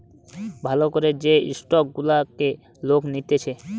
ভাল করে যে স্টক গুলাকে লোক নিতেছে